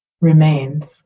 remains